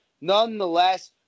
Nonetheless